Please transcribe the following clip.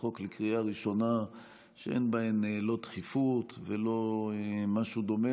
חוק לקריאה ראשונה שאין בהן לא דחיפות ולא משהו דומה